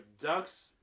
Ducks